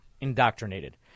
indoctrinated